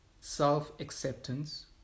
self-acceptance